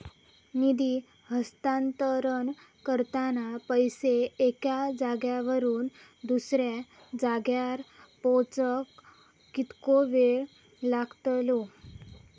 निधी हस्तांतरण करताना पैसे एक्या जाग्यावरून दुसऱ्या जाग्यार पोचाक कितको वेळ लागतलो?